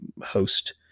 host